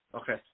Okay